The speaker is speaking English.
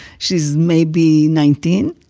she's maybe nineteen.